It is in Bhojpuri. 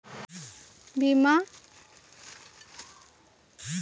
दुर्घटना बीमा केतना परकार के दुर्घटना से जवन घाटा होखेल ओकरे भरपाई करे ला कइल जाला